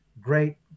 Great